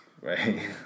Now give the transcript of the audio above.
right